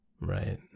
Right